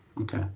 Okay